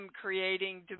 creating